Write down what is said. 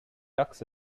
tux